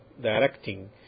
directing